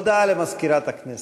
הודעה למזכירת הכנסת.